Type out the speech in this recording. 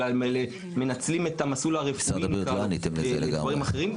אלא מנצלים את המסלול הרפואי לדברים אחרים,